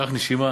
ניקח נשימה.